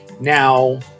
Now